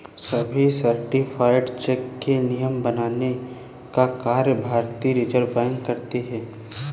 सभी certified cheque के नियम बनाने का कार्य भारतीय रिज़र्व बैंक करती है